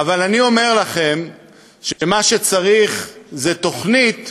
אבל אני אומר לכם שמה שצריך זה תוכנית